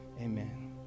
amen